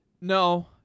No